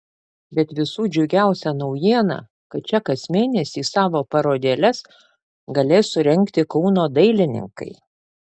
bet visų džiugiausia naujiena kad čia kas mėnesį savo parodėles galės surengti kauno dailininkai